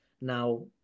Now